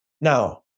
Now